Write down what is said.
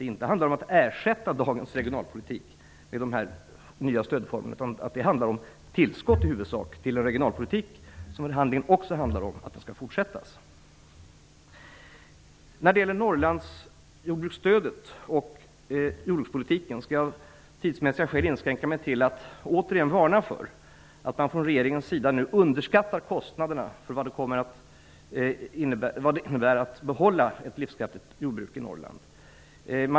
Det handlar inte om att ersätta dagens regionalpolitik med dessa nya stödformer, utan det är i huvudsak fråga om tillskott till regionalpolitiken, men förhandlingen gäller också den fortsatta regionalpolitiken. När det gäller stödet till jordbruket i Norrland och jordbrukspolitiken skall jag av tidsmässiga skäl inskränka mig till att återigen varna för att regeringen nu underskattar kostnaderna för att behålla ett livskraftigt jordbruk i Norrland.